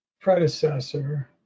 predecessor